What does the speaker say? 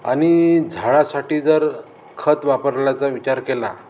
आणि झाडासाठी जर खत वापरल्याचा विचार केला